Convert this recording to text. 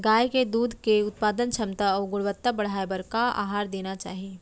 गाय के दूध के उत्पादन क्षमता अऊ गुणवत्ता बढ़ाये बर का आहार देना चाही?